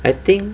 I think